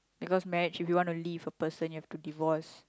because marriage if you want to leave a person you have to divorce